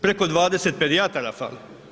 Preko 20 pedijatara fali.